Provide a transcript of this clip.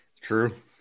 True